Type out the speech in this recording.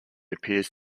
appears